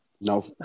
No